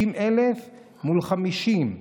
50,000 מול 50,